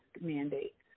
mandates